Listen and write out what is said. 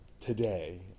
today